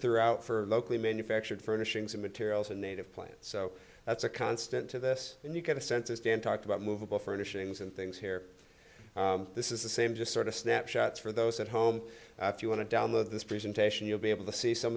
throughout for locally manufactured furnishings and materials and native plants so that's a constant to this and you get a sense as dan talked about movable furnishings and things here this is the same just sort of snapshots for those at home if you want to download this presentation you'll be able to see some